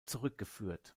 zurückgeführt